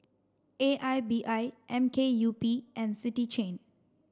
A I B I M K U P and City Chain